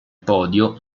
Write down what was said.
podio